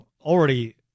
already